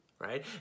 Right